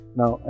now